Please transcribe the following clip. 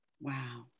Wow